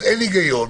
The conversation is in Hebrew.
אז אין היגיון.